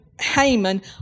Haman